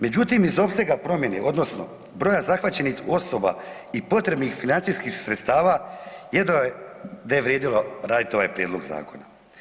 Međutim iz opsega promjene odnosno broja zahvaćenih osoba i potrebnih financijskih sredstava jedva da je vrijedilo raditi ovaj prijedlog zakona.